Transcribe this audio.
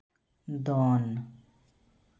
ᱫᱚᱱ